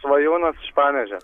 svajūnas iš panevėžio